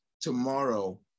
tomorrow